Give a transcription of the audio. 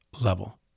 level